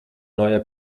neuer